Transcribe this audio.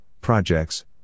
projects